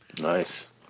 Nice